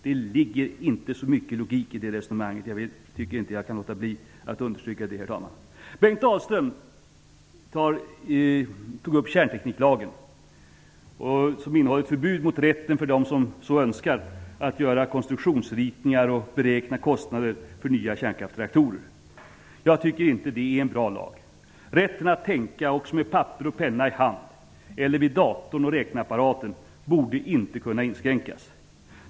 Det ligger inte så mycket logik i det resonemanget. Jag tycker inte att jag kan låta bli att understryka det, herr talman. Bengt Dalström tog upp kärntekniklagen som innehåller ett förbud mot rätten för dem som så önskar att göra konstruktionsritningar och beräkna kostnader för nya kärnkraftsreaktorer. Jag tycker inte att det är en bra lag. Rätten att tänka också med papper och penna i hand eller vid datorn och räkneapparaten borde inte kunna inskränkas.